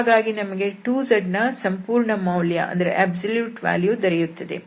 ಹಾಗಾಗಿ ನಮಗೆ 2z ನ ಸಂಪೂರ್ಣ ಮೌಲ್ಯ ದೊರೆಯುತ್ತದೆ